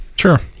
Sure